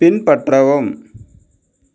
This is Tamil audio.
பின்பற்றவும்